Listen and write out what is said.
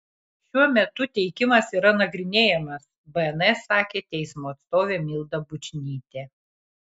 šiuo metu teikimas yra nagrinėjamas bns sakė teismo atstovė milda bučnytė